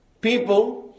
people